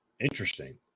Interesting